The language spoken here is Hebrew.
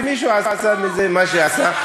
ומישהו עשה מזה מה שעשה.